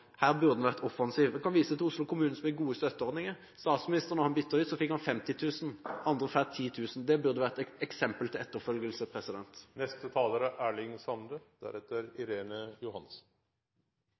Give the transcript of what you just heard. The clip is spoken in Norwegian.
Her burde en vært offensiv. Jeg kan vise til Oslo kommune, som har gode støtteordninger. Statsministeren fikk da han byttet ut, 50 000 kr – andre får 10 000 kr. Det burde være et eksempel til etterfølgelse. Når det gjeld skrytet, er